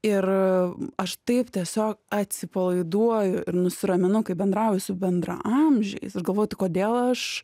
ir aš taip tiesiog atsipalaiduoju ir nusiraminu kai bendrauju su bendraamžiais ir galvoju tai kodėl aš